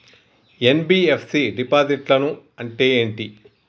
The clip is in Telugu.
ఎన్.బి.ఎఫ్.సి డిపాజిట్లను అంటే ఏంటి?